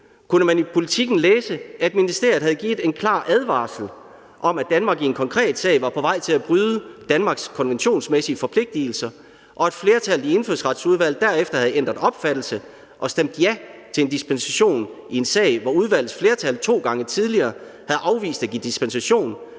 kunne man i Politiken læse, at ministeriet havde givet en klar advarsel om, at Danmark i en konkret sag var på vej til at bryde Danmarks konventionsmæssige forpligtelser, og at et flertal i Indfødsretsudvalget derefter havde ændret opfattelse og stemt ja til en dispensation i en sag, hvor udvalgets flertal to gange tidligere havde afvist at give dispensation,